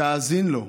תאזין לו,